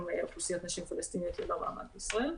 אוכלוסיית נשים פלסטיניות ללא מעמד בישראל.